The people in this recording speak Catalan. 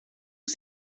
els